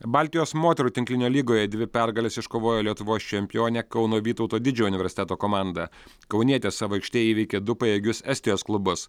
baltijos moterų tinklinio lygoje dvi pergales iškovojo lietuvos čempionė kauno vytauto didžiojo universiteto komanda kaunietės savo aikštėje įveikė du pajėgius estijos klubus